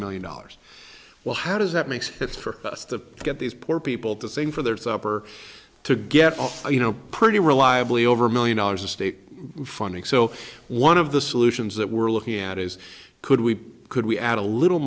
million dollars well how does that makes sense for us to get these poor people to sing for their supper to get off you know pretty reliably over a million dollars of state funding so one of the solutions that we're looking at is could we could we add a little